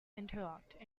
interlocked